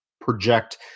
project